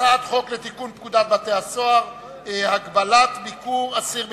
הצעת חוק לתיקון פקודת בתי-הסוהר (הגבלת ביקור אסיר ביטחוני),